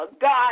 God